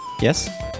Yes